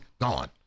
gone